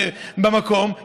במקום,